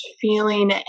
Feeling